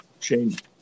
change